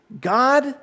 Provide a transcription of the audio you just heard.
God